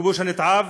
הכיבוש הנתעב.